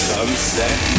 Sunset